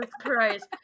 Christ